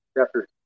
Chapter